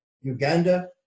Uganda